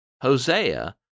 Hosea